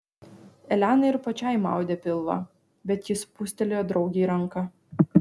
elenai ir pačiai maudė pilvą bet ji spustelėjo draugei ranką